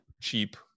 cheap